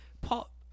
Paul